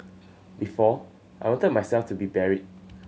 before I wanted myself to be buried